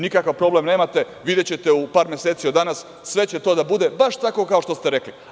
Nikakav problem nemate, videćete u par meseci od danas, sve će to da bude baš tako kao što ste rekli.